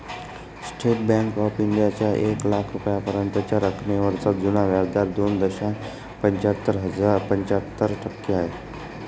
state Bank of इंडियाचा एक लाख रुपयांपर्यंतच्या रकमेवरचा जुना व्याजदर दोन दशांश पंच्याहत्तर टक्के आहे